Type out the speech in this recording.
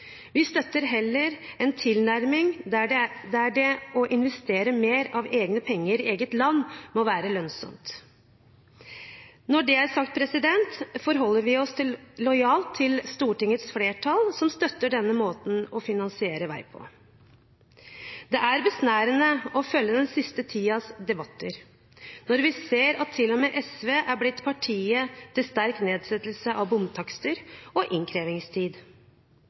Vi støtter heller en tilnærming der det å investere mer av egne penger i eget land må være lønnsomt. Når det er sagt, forholder vi oss lojalt til Stortingets flertall som støtter denne måten å finansiere vei på. Det er besnærende å følge den siste tidens debatter når vi ser at til og med SV er blitt partiet til sterk nedsettelse av bomtakster og innkrevingstid.